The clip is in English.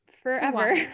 forever